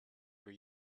were